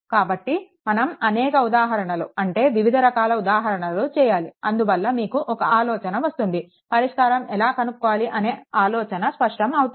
కాబట్టి మనం అనేక ఉదాహరణలు అంటే వివిధ రకాల ఉదాహరణలు చేయాలి అందువల్ల మీకు ఒక్క ఆలోచన వస్తుంది పరిష్కారం ఎలా కనుక్కోవాలి అనే ఆలోచన స్పష్టం అవుతుంది